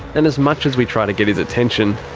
and as much as we try to get his attention,